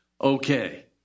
Okay